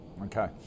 Okay